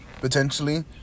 potentially